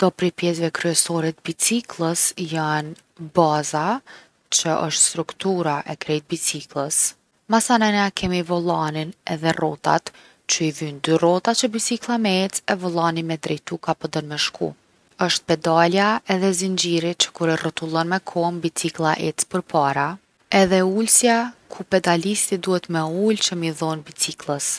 Do prej pjesve kryesore t’bicikllës jon baza, që osht struktura e krejt bicikllës. Masanena e kena vollanin edhe rrotat, që i vyjn dy rrota që biciklla me ec e vollani me drejtu ka po don me shku. Osht pedalja edhe zinxhiri që kur e rrotullon me kom, biciklla ec përpara edhe ulsja ku pedalisti duhet mu ul që mi dhom bicikllës.